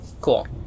Cool